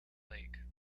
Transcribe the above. lake